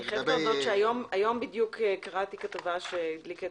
שאני חייבת להודות שהיום בדיוק קראתי כתבה שהדליקה